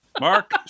Mark